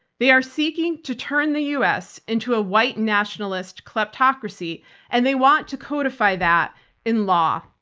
they are seeking to turn the us into a white nationalist kleptocracy and they want to codify that in law.